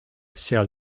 seal